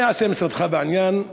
מה יעשה משרדך בעניין?